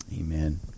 Amen